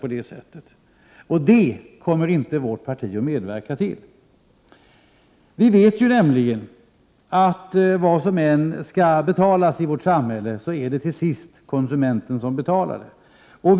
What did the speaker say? Det kommer inte vårt parti att medverka till. Vi vet nämligen att vad som än skall betalas i vårt samhälle är det till sist konsumenten som bekostar det.